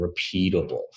repeatable